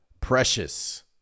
Precious